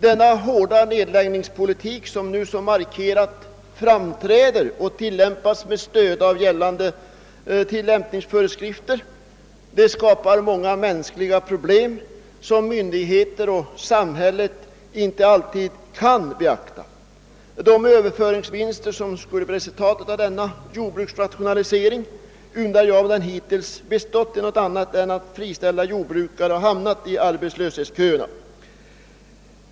Den hårda nedläggningspolitik, som nu framträder så markant och som tilllämpas med stöd av gällande tillämpningsföreskrifter, skapar många mänskliga problem som myndigheter och samhället inte alltid kan beakta. Jag undrar om de överföringsvinster som skulle bli resultatet av denna jordbruksrationalisering hittills bestått i något annat än att friställda jordbrukare hamnat i arbetslöshetsköerna.